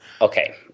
Okay